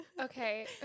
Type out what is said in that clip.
Okay